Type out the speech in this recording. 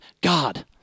God